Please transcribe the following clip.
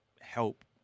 help